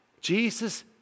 Jesus